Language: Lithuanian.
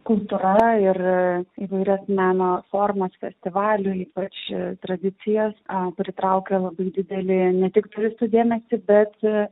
kultūra ir įvairias meno formas festivaliui o čia tradicijas pritraukia labai didelė ne tik turistų dėmesį bet